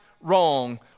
wrong